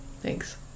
Thanks